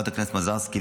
חברת הכנסת מזרסקי,